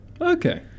Okay